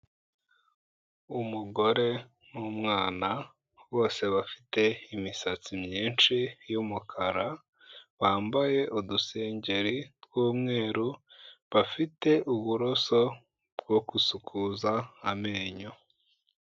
Umugore n'umwana, bose bafite imisatsi myinshi y'umukara, bambaye udusengeri tw'umweru, bafite uburoso bwo gusukuza amenyo.